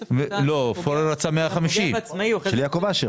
לא, פורר רצה 150, וגם יעקב אשר.